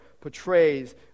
portrays